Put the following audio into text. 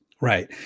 Right